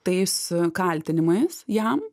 tais kaltinimais jam